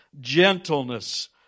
gentleness